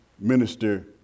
minister